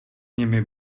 nimi